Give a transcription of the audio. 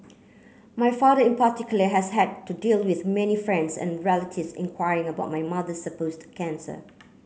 my father in particular has had to deal with many friends and relatives inquiring about my mother supposed cancer